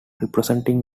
representing